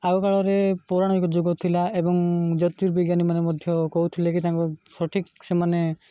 ଆଗକାଳରେ ପୌରାଣିକ ଯୁଗ ଥିଲା ଏବଂ ଜୋତିର୍ବିଜ୍ଞାନୀ ମାନେ ମଧ୍ୟ କହୁଥିଲେ କି ତାଙ୍କୁ ସଠିକ୍ ସେମାନେ